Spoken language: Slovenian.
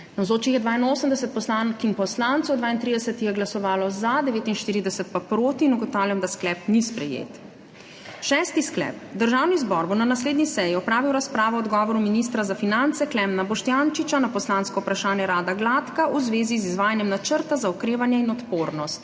Navzočih je 82 poslank in poslancev, 32 jih je glasovalo za, 49 pa proti. (Za je glasovalo 32.) (Proti 49.) Ugotavljam, da sklep ni sprejet. Šesti sklep: Državni zbor bo na naslednji seji opravil razpravo o odgovoru ministra za finance Klemna Boštjančiča na poslansko vprašanje Rada Gladka v zvezi z izvajanjem načrta za okrevanje in odpornost.